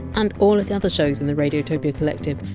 and all the other shows in the radiotopia collective,